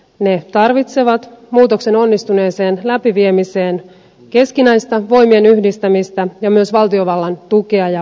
ne tarvitsevat muutoksen onnistuneeseen läpiviemiseen keskinäistä voimien yhdistämistä ja myös valtiovallan tukea ja apua